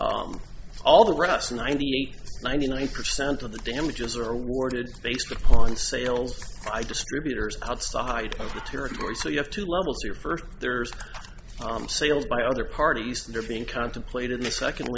all the rest ninety eight ninety nine percent of the damages are awarded based upon sales by distributors outside of the territory so you have two levels here first there's sales by other parties that are being contemplated the second